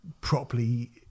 properly